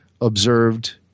observed